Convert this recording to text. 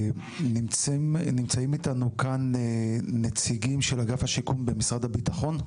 נמצאים איתנו כאן נציגים של אגף השיקום במשרד הביטחון?